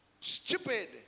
stupid